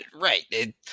right